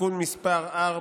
(תיקון מס' 4)